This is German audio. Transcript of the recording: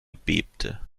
bebte